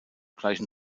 gleichen